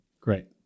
Great